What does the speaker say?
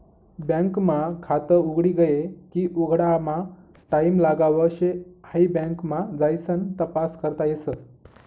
bank मा खात उघडी गये की उघडामा टाईम लागाव शे हाई बँक मा जाइसन तपास करता येस